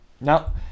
Now